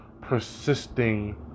persisting